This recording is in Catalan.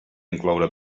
incloure